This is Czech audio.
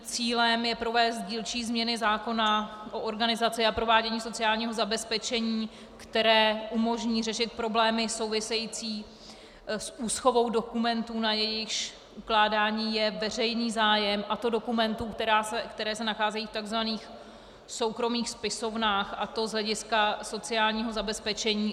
Cílem je provést dílčí změny zákona o organizaci a provádění sociálního zabezpečení, které umožní řešit problémy související s úschovou dokumentů, na jejichž ukládání je veřejný zájem, a to dokumentů, které se nacházejí v takzvaných soukromých spisovnách, a to z hlediska sociálního zabezpečení.